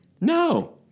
No